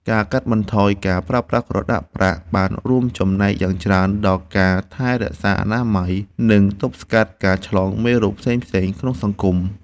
ការកាត់បន្ថយការប្រើប្រាស់ក្រដាសប្រាក់បានរួមចំណែកយ៉ាងច្រើនដល់ការថែរក្សាអនាម័យ និងទប់ស្កាត់ការឆ្លងមេរោគផ្សេងៗក្នុងសង្គម។